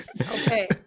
Okay